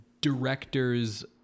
directors